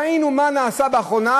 ראינו מה נעשה לאחרונה,